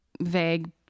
vague